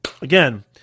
Again